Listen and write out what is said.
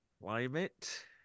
climate